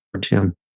Jim